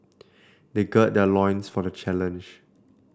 they gird their loins for the challenge